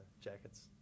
jackets